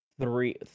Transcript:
three